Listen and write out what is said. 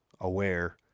aware